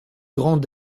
grand